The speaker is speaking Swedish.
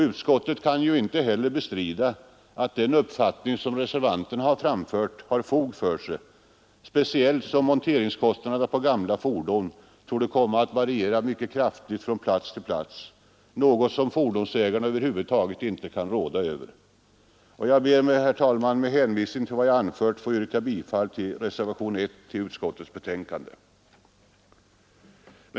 Utskottet kan ej heller bestrida att den uppfattning som reservanterna har framfört har fog för sig, speciellt som kostnaderna för montering på gamla fordon torde komma att variera mycket kraftigt från plats till plats — något som fordonsägarna över huvud taget inte kan råda över Jag ber, herr talman, att med hänvisning till vad jag anfört få yrka bifall till reservationen 1 i utskottets betänkande.